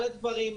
על השכירויות,